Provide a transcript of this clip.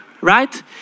right